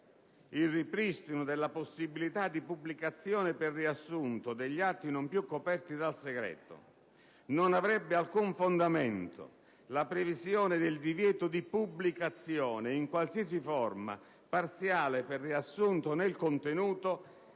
il ripristino della «possibilità di pubblicazione per riassunto degli atti non più coperti da segreto», non avrebbe alcun fondamento la previsione del divieto di pubblicazione in qualsiasi forma (parziale, per riassunto o nel contenuto)